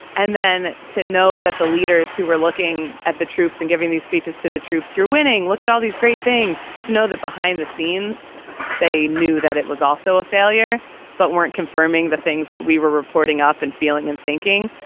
and then to know that the leaders who were looking at the troops and giving these speeches to the troops, you're winning. look at all these great things to know that behind the scenes they knew that it was also a failure, but weren't confirming the things that we were reporting up and feeling and thinking,